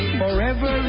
forever